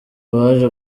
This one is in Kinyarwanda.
baje